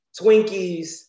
Twinkies